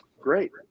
Great